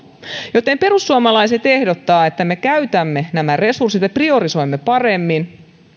joten perussuomalaiset ehdottavat että me käytämme nämä resurssit ja priorisoimme paremmin niin